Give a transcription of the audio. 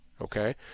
okay